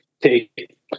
take